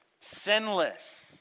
Sinless